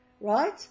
Right